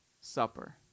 Supper